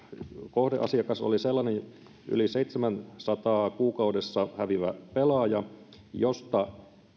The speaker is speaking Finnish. kohdeasiakas oli yli seitsemänsataa euroa kuukaudessa häviävä pelaaja josta